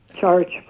charge